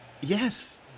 Yes